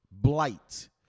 Blight